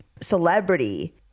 celebrity